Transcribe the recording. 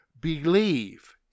believe